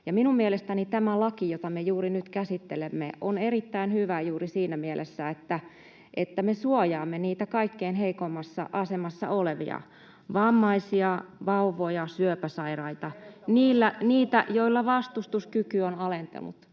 Minun mielestäni tämä laki, jota me juuri nyt käsittelemme, on erittäin hyvä juuri siinä mielessä, että me suojaamme niitä kaikkein heikoimmassa asemassa olevia: vammaisia, vauvoja, syöpäsairaita, niitä, joilla vastustuskyky on alentunut.